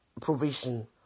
provision